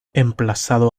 emplazado